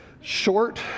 short